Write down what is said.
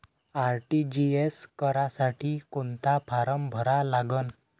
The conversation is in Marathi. आर.टी.जी.एस करासाठी कोंता फारम भरा लागन?